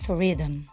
rhythm